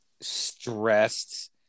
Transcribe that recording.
stressed